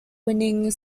winning